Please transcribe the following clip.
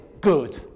good